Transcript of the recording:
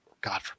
god